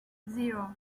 zero